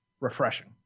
refreshing